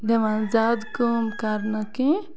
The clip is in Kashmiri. دِوان زیاد کٲم کَرنہٕ کینٛہہ